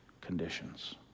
conditions